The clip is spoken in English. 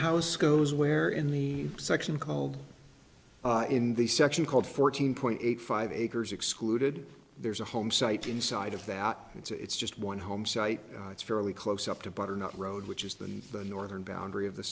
house goes where in the section called in the section called fourteen point eight five acres excluded there's a home site inside of that it's just one home site it's fairly close up to butter not road which is the the northern boundary of the